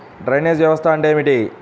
Drainage వ్యవస్థ అంటే ఏమిటి?